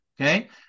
Okay